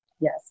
Yes